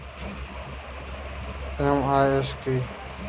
MIS কি?